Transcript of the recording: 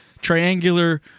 triangular